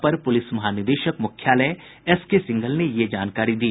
अपर पुलिस महानिदेशक मुख्यालय एसके सिंघल ने यह जानकारी दी